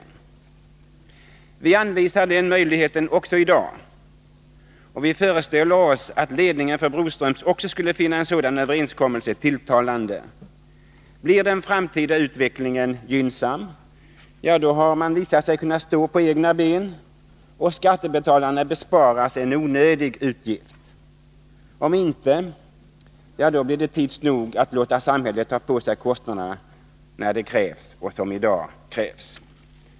Överenskommelse Vi anvisar den möjligheten också i dag, och vi föreställer oss att ledningen för mellan staten och Broströms också skall finna en sådan överenskommelse tilltalande. Blir den = Broströms Rederi framtida utvecklingen gynnsam, har man visat sig kunna stå på egna ben, och AB skattebetalarna besparas en onödig utgift. Om inte, får samhället tids nog ta på sig kostnaderna — när detta blir nödvändigt.